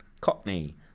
cockney